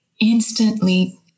instantly